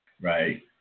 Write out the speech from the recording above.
right